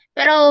Pero